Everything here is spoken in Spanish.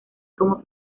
como